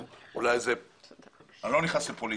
אם תתני לי את הרשות, אני אתייחס לזה.